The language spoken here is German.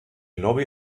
lobby